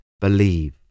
believe